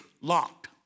locked